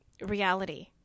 reality